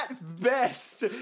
best